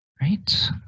Right